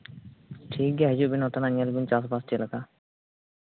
ᱴᱷᱤᱠ ᱜᱮᱭᱟ ᱦᱤᱡᱩᱜ ᱵᱮᱱ ᱱᱚᱛᱮ ᱱᱟᱜ ᱧᱮᱞ ᱵᱤᱱ ᱪᱟᱥᱼᱵᱟᱥ ᱪᱮᱫ ᱞᱮᱠᱟ